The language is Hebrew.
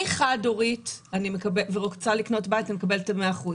חד הורית ורוצה לקנות בית, אני מקבלת את ה-100%.